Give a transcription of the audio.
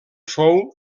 fou